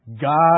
God